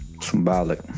Symbolic